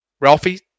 Ralphie